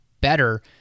better